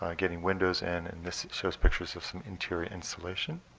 um getting windows, and and this shows pictures of some interior insulation.